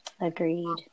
agreed